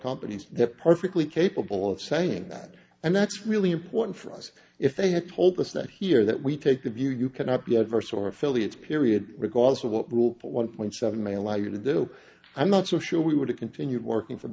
companies they're perfectly capable of saying that and that's really important for us if they have told us that here that we take the view you cannot be adverse or affiliates period because of what group one point seven may like you to do i'm not so sure we would have continued working for